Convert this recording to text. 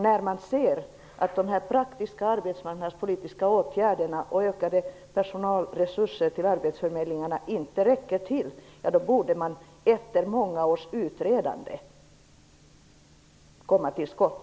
När man ser att de praktiska arbetsmarknadspolitiska åtgärderna och ökade personalresurser till arbetsförmedlingarna inte räcker till, borde man efter många års utredande komma till skott.